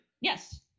Yes